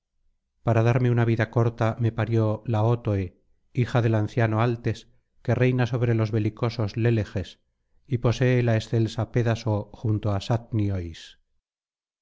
para darme una vida corta me parió laótoe hija del anciano altes que reina sobre los belicosos léleges y posee la excelsa pédaso junto al sátniois